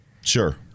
Sure